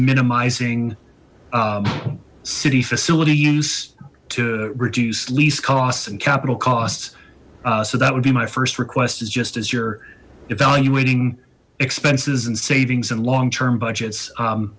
minimizing city facility use to reduce lease costs and capital costs so that would be my first request is just as you're evaluating expenses and savings and long term budgets